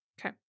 Okay